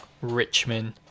Richmond